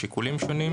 השיקולים שונים.